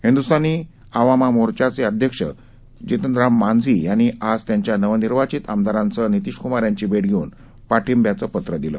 हिंदूस्थानी आवामा मोर्चाचे अध्यक्ष जितन राम मांझी यांनी आज त्यांच्या नवनिर्वाचित आमदारांसह नितिश कुमार यांची भेट घेऊन पाठिंब्याचं पत्र दिलं